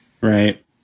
Right